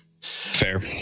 Fair